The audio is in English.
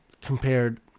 compared